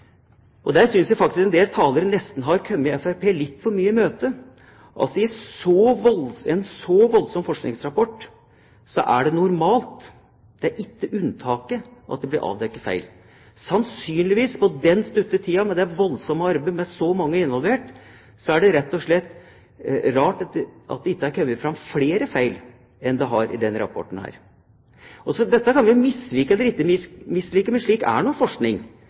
Der synes jeg faktisk at en del talere nesten har kommet Fremskrittspartiet litt for mye i møte. I en så voldsom forskningsrapport er det normalt – det er ikke unntaket – at det blir avdekket feil. På den korte tiden, med det voldsomme arbeidet, med så mange involvert er det rett og slett rart at det ikke har kommet fram flere feil enn det har i denne rapporten. Dette kan vi mislike eller ikke mislike, men slik er forskning. Forskning